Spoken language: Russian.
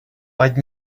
под